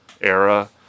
era